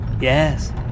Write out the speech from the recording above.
Yes